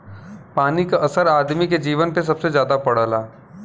पानी क असर आदमी के जीवन पे सबसे जादा पड़ला